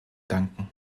danken